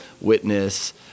witness